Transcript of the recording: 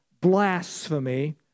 blasphemy